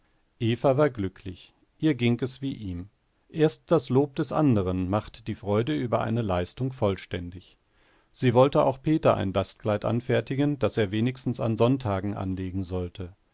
eva war glücklich ihr ging es wie ihm erst das lob des anderen macht die freude über eine leistung vollständig sie wollte auch peter ein bastkleid anfertigen das er wenigstens an sonntagen anlegen sollte